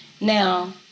Now